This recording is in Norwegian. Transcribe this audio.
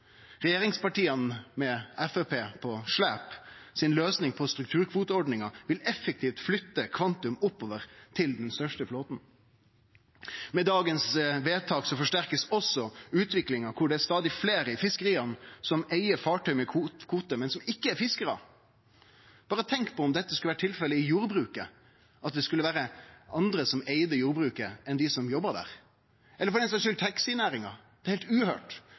regjeringspartia, med Framstegspartiet på slep, har på strukturkvoteordninga, vil effektivt flytte kvantum oppover til den største flåten. Med vedtaket av i dag får ein også forsterka utviklinga kor det er stadig fleire i fiskeria som eig fartøy med kvote, men som ikkje er fiskarar. Berre tenk på om dette skulle ha vore tilfellet i jordbruket, at det skulle vere andre som eigde jordbruket enn dei som jobba der. Eller ta for den skuld taxinæringa. Det er heilt uhøyrt.